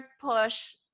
push